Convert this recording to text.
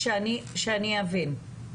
שאני אבין,